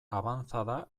avanzada